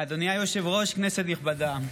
אדוני היושב-ראש, כנסת נכבדה,